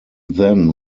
then